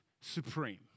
supreme